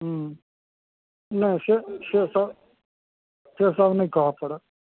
हूँ नहि से से सब से सब नहि कहऽ पड़त